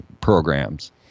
programs